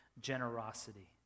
generosity